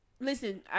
Listen